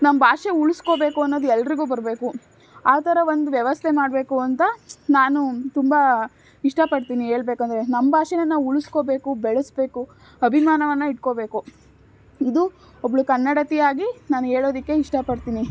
ನಮ್ಮ ಭಾಷೆ ಉಳಿಸ್ಕೊಬೇಕು ಅನ್ನೋದು ಎಲ್ಲರಿಗು ಬರಬೇಕು ಆ ಥರ ಒಂದು ವ್ಯವಸ್ಥೆ ಮಾಡಬೇಕು ಅಂತ ನಾನು ತುಂಬ ಇಷ್ಟಪಡ್ತೀನಿ ಹೇಳ್ಬೇಕಂದ್ರೆ ನಮ್ಮ ಭಾಷೆನ ನಾವು ಉಳಿಸ್ಕೊಬೇಕು ಬೆಳೆಸ್ಬೇಕು ಅಭಿಮಾನವನ್ನು ಇಟ್ಟುಕೋಬೇಕು ಇದು ಒಬ್ಬಳು ಕನ್ನಡತಿಯಾಗಿ ನಾನು ಹೇಳೋದಿಕ್ಕೆ ಇಷ್ಟಪಡ್ತೀನಿ